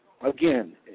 Again